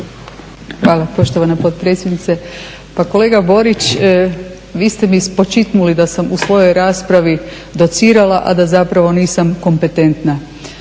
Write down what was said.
Hvala poštovana potpredsjednice. Pa kolega Borić, vi ste mi spočitnuli da sam u svojoj raspravi docirala, a da zapravo nisam kompetentna.